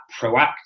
proactive